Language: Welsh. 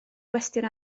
gwestiwn